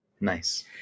Nice